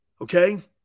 Okay